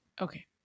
Okay